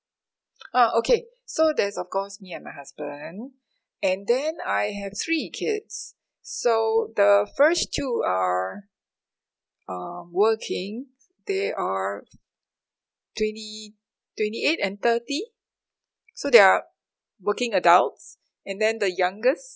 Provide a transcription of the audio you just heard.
uh okay so there's of course me and my husband and then I have three kids so the first two are uh working they are twenty twenty eight and thirty so they are working adults and then the youngest